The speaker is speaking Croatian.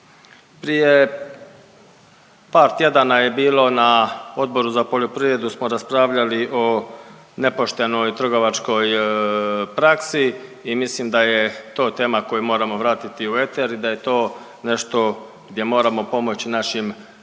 Prije par tjedana je bilo na Odboru za poljoprivredu smo raspravljali o nepoštenoj trgovačkoj praksi i mislim da je to tema koju moramo vratiti u eter i da je to nešto gdje moramo pomoći našim